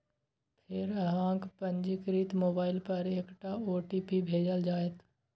फेर अहांक पंजीकृत मोबाइल पर एकटा ओ.टी.पी भेजल जाएत